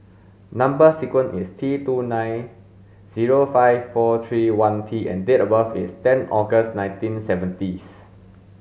number sequence is T two nine zero five four three one T and date of birth is ten August nineteen seventyth